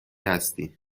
هستی